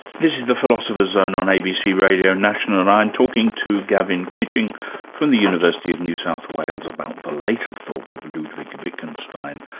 this is the philosopher's zone on abc radio national and i'm talking to gavin kitching from the university of new south wales about the later thought of ludwig wittgenstein.